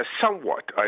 somewhat